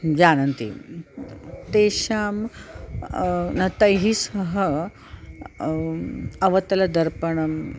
जानन्ति तेषां न तैः सह अवतलदर्पणम्